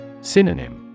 Synonym